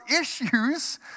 issues